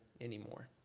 anymore